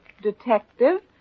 detective